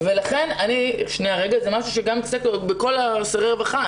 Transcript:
זה משהו שגם --- בכל שרי הרווחה,